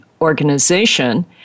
organization